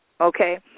Okay